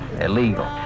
illegal